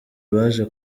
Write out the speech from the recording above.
baje